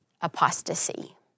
apostasy